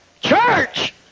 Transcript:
church